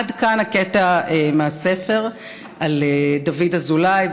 עד כאן הקטע מהספר על דוד אזולאי,